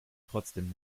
trotzdem